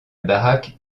baraque